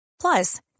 Plus